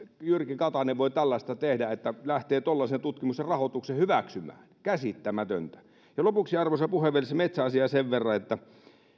jyrki katainen voi tehdä tällaista että lähtee tuollaisen tutkimuksen rahoituksen hyväksymään käsittämätöntä ja lopuksi arvoisa puhemies metsäasiaa sen verran että